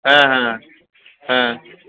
ହାଁ ହାଁ ହାଁ